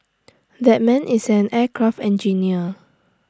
that man is an aircraft engineer